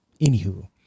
anywho